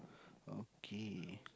okay